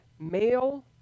male